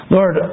Lord